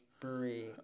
brewery